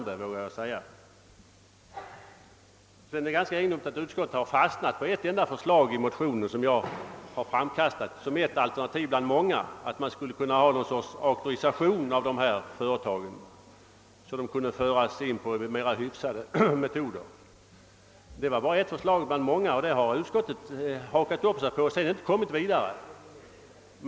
Det är också ganska märkvärdigt att utskottet har fastnat på ett enda förslag i motionen som jag har framkastat som ett alternativ bland många, nämligen att man skulle kunna införa någon sorts auktorisation av dessa företag, så att de kunde tvingas in på mera hyfsade metoder. Där har utskottet hakat upp sig och inte kommit vidare.